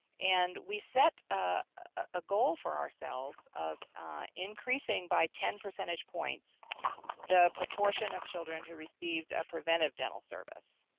and we set a goal for ourselves of increasing by ten percentage points the proportion of children who received a preventive dental service.